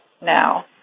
now